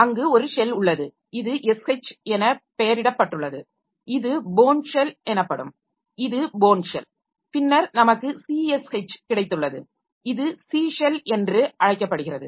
அங்கு ஒரு ஷெல் உள்ளது இது sh என பெயரிடப்பட்டுள்ளது இது போர்ன் ஷெல் எனப்படும் இது போர்ன் ஷெல் பின்னர் நமக்கு csh கிடைத்துள்ளது இது c ஷெல் என்று அழைக்கப்படுகிறது